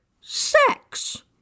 sex